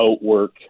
outwork